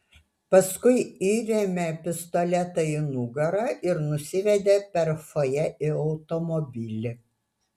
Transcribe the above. paskui įrėmė pistoletą į nugarą ir nusivedė per fojė į automobilį